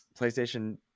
PlayStation